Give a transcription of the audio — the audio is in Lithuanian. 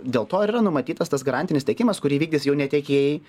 dėl to ir yra numatytas tas garantinis tiekimas kurį vykdys jau ne tiekėjai